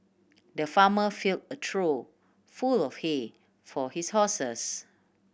the farmer fill a trough full of hay for his horses